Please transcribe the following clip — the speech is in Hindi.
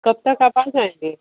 कब तक आप आ जाएँगे